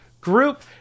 group